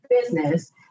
business